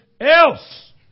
else